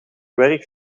werk